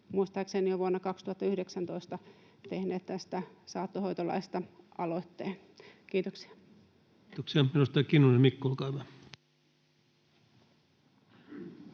muistaakseni jo vuonna 2019 tehneet tästä saattohoitolaista aloitteen. — Kiitoksia. Kiitoksia. — Edustaja Kinnunen, Mikko, olkaa hyvä.